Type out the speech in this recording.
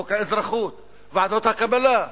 חוק האזרחות, ועדות הקבלה.